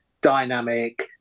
dynamic